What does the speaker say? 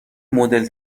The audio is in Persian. مدل